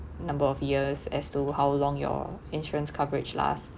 number of years as to how long your insurance coverage last